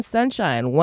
Sunshine